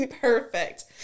Perfect